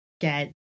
get